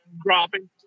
dropping